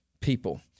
people